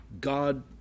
God